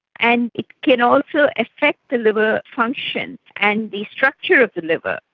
and it can also affect the liver function and the structure of the liver.